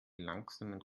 langsamen